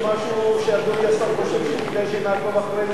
אם יש משהו שאדוני השר חושב שכדאי שנעקוב אחריו,